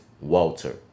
Walter